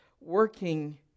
working